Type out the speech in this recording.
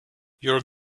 your